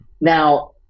Now